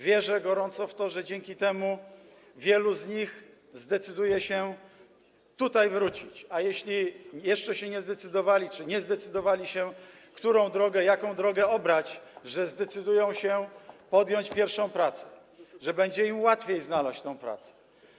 Wierzę gorąco w to, że dzięki temu wielu z nich zdecyduje się tutaj wrócić, a jeśli jeszcze się nie zdecydowali czy nie zdecydowali, jaką drogę obrać, że zdecydują się podjąć pierwszą pracę, że będzie im łatwiej znaleźć tę pracę.